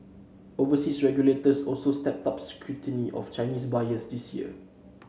overseas regulators also stepped up scrutiny of Chinese buyers this year